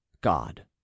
god